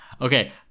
Okay